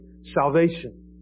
salvation